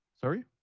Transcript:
Sorry